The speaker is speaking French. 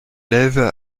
lève